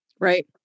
Right